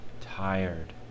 tired